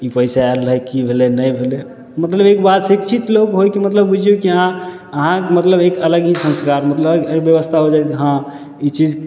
कि पइसा आएल रहै कि भेलै नहि भेलै मतलब एक बात शिक्षित लोक होइके मतलब बुझिऔ कि अहाँ अहाँ मतलब एक अलग ही संस्कार मतलब ई बेबस्था हो जाइ हइ कि हँ ई चीज